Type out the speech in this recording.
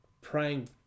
praying